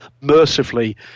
Mercifully